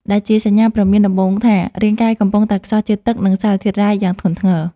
ដែលជាសញ្ញាព្រមានដំបូងថា រាងកាយកំពុងតែខ្សោះជាតិទឹក និងសារធាតុរ៉ែយ៉ាងធ្ងន់ធ្ងរ។